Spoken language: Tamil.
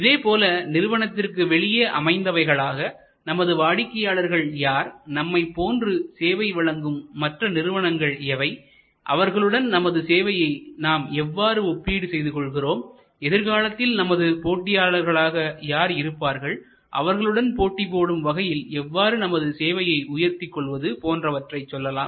இதேபோல நிறுவனத்திற்கு வெளியே அமைந்தவகைகளாக நமது வாடிக்கையாளர்கள் யார் நம்மைப் போன்று சேவையை வழங்கும் மற்றும் நிறுவனங்கள் எவை அவர்களுடன் நமது சேவையை நாம் எவ்வாறு ஒப்பீடு செய்து கொள்கிறோம்எதிர்காலத்தில் நமது போட்டியாளர்களாக யார் இருப்பார்கள்அவர்களுடன் போட்டி போடும் வகையில் எவ்வாறு நமது சேவையை உயர்த்திக் கொள்வது போன்றவற்றைச் சொல்லலாம்